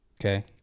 Okay